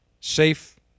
safe